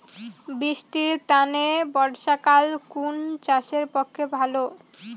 বৃষ্টির তানে বর্ষাকাল কুন চাষের পক্ষে ভালো?